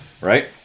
Right